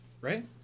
right